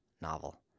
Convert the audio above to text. novel